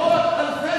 מאות-אלפי